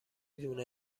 دونه